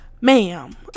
ma'am